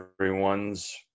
everyone's